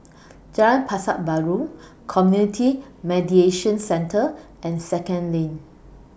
Jalan Pasar Baru Community Mediation Centre and Second LINK